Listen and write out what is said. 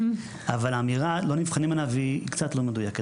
אבל האמירה לא נבחנים עליו היא קצת לא מדויקת,